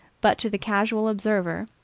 but to the casual observer,